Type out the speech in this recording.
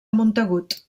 montagut